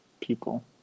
people